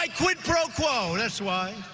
like quid pro quo. that's why.